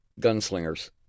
gunslingers